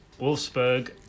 Wolfsburg